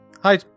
hi